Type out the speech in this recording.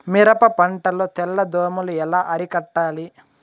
మిరప పంట లో తెల్ల దోమలు ఎలా అరికట్టాలి?